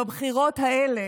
בבחירות האלה